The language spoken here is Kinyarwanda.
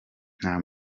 nta